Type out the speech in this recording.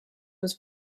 was